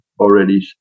already